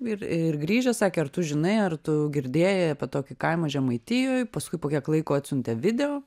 ir ir grįžę sakė ar tu žinai ar tu girdėjai apie tokį kaimą žemaitijoj paskui po kiek laiko atsiuntė video